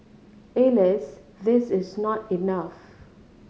Alas this is not enough